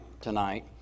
tonight